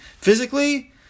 physically